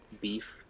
beef